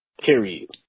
Period